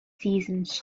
seasons